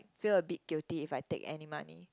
feel a bit guilty if I take any money